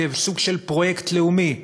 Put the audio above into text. לסוג של פרויקט לאומי,